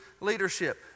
leadership